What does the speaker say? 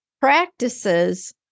practices